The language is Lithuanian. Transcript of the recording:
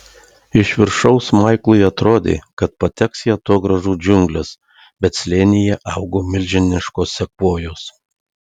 iš viršaus maiklui atrodė kad pateks į atogrąžų džiungles bet slėnyje augo milžiniškos sekvojos